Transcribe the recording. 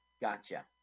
gotcha